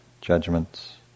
judgments